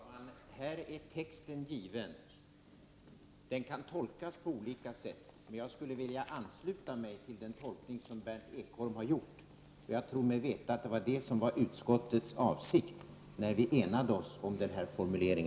Fru talman! Här är texten given. Den kan tolkas på olika sätt, men jag skulle vilja ansluta mig till den tolkning som Berndt Ekholm har gjort. Och jag tror mig veta att det var det som var utskottets avsikt när vi i utskottet enade oss om denna formulering.